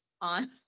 on